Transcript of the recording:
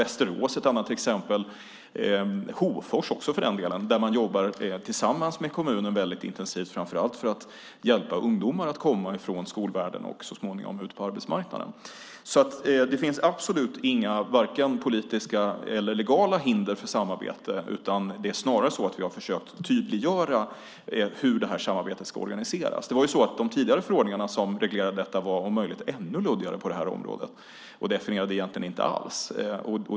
Västerås är ett annat exempel, även Hofors för den delen, där man jobbar väldigt intensivt tillsammans med kommunen, framför allt för att hjälpa ungdomar att komma från skolvärlden och så småningom ut på arbetsmarknaden. Det finns absolut inga vare sig politiska eller legala hinder för samarbete. Det är snarare så att vi har försökt att tydliggöra hur detta samarbete ska organiseras. De tidigare förordningar som reglerade detta var om möjligt ännu luddigare på det här området och det fungerade egentligen inte alls.